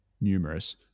numerous